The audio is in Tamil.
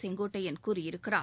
செங்கோட்டையன் கூறியிருக்கிறார்